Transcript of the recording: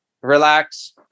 relax